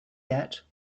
yet